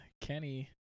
Kenny